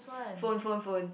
phone phone phone